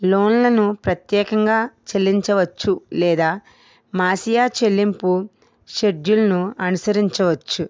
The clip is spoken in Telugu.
లోన్లను ప్రత్యేకంగా చెల్లించవచ్చు లేదా మాసియా చెల్లింపు షెడ్యూల్ను అనుసరించవచ్చు